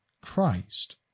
Christ